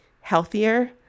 healthier